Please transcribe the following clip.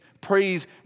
Praise